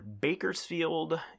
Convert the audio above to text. Bakersfield